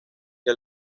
que